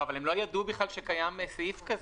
אבל הם לא ידעו בכלל שקיים סעיף כזה.